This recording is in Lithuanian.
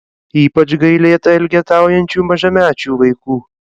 ypač gailėta elgetaujančių mažamečių vaikų